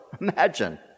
Imagine